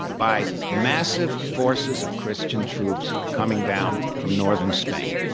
by massive forces of christian troops coming down from northern spain.